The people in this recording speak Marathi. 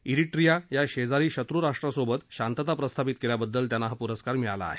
इरिट्रीया या शेजारी शत्रू राष्ट्रा सोबत शांतता प्रस्थापित केल्याबद्दल त्यांना हा पुरस्कार मिळाला आहे